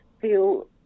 feel